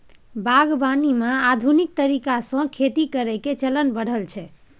बागवानी मे आधुनिक तरीका से खेती करइ के चलन बढ़ल छइ